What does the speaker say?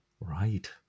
right